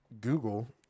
Google